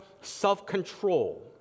self-control